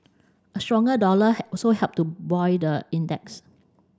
a stronger dollar also helped to buoy the index